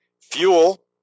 fuel